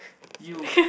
you